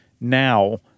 now